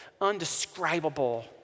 undescribable